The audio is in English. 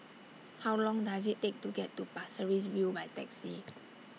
How Long Does IT Take to get to Pasir Ris View By Taxi